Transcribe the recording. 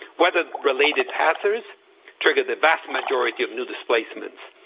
weather-related hazards trigger the vast majority of new displacements,